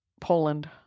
Poland